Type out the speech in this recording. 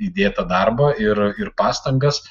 įdėtą darbą ir ir pastangas